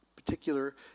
particular